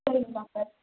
சரிங் டாக்டர்